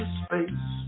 space